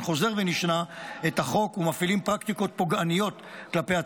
חוזר ונשנה את החוק ומפעילים פרקטיקות פוגעניות כלפי הצרכנים.